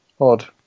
odd